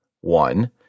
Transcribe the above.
one